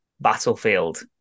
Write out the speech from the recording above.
Battlefield